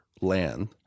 land